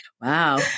Wow